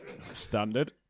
Standard